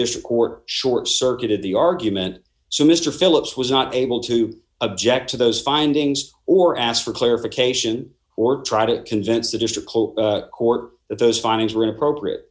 dish court short circuited the argument so mr phillips was not able to object to those findings or ask for clarification or try to convince the district court that those findings were appropriate